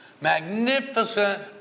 Magnificent